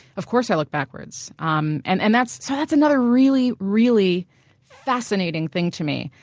of course i look backwards. um and and that's so that's another really, really fascinating thing to me.